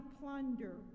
plunder